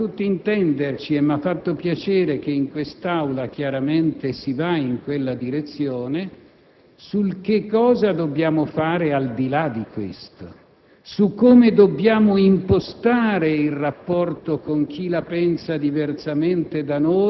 Allora, sono pronto a dire, come altri hanno detto nel nostro e in altri Paesi europei, che non dobbiamo limitarci a chiedere scusa per sedare i tumulti momentaneamente.